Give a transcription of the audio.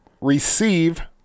receive